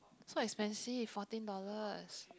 so expensive fourteen dollars